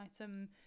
item